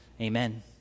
Amen